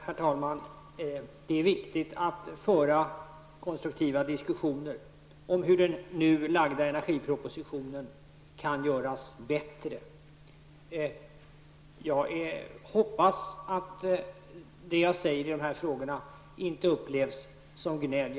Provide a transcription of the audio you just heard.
Herr talman! Det är viktigt att föra konstruktiva diskussioner om hur den nu framlagda energipropositionen kan göras bättre. Jag hoppas att det jag säger i dessa frågor inte upplevs som gnäll.